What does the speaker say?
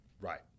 right